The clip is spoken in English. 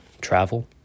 travel